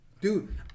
Dude